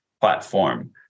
platform